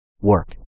Work